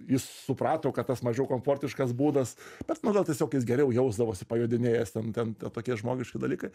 jis suprato kad tas mažiau komfortiškas būdas bet manau tiesiog jis geriau jausdavosi pajodėjęs ten ten tokie žmogiški dalykai